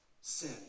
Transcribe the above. sin